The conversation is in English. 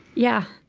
yeah.